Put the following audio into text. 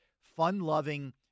fun-loving